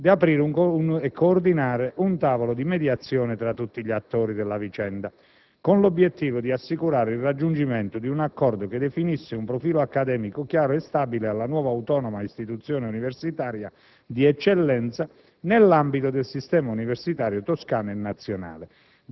di aprire e coordinare un tavolo di mediazione fra tutti gli attori della vicenda. L'obiettivo è assicurare il raggiungimento di un accordo che definisca un profilo accademico chiaro e stabile alla nuova autonoma istituzione universitaria di eccellenza nell'ambito del sistema universitario toscano e nazionale;